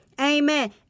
Amen